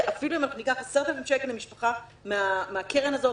אפילו אם אנחנו ניקח 10,000 למשפחה מהקרן הזאת,